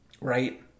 Right